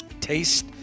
taste